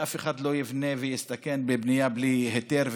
ואף אחד לא יבנה ויסתכן בבנייה בלי היתר,